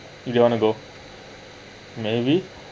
if they want to go maybe